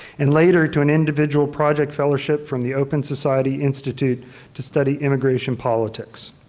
and later to an individual project fellowship from the open society institute to study immigration politics.